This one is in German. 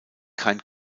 kein